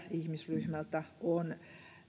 ihmisryhmältä on